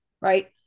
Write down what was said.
Right